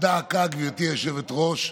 דא עקא, גברתי היושבת-ראש,